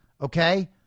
okay